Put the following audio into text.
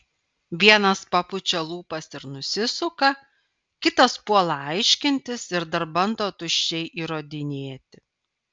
vienas papučia lūpas ir nusisuka kitas puola aiškintis ir dar bando tuščiai įrodinėti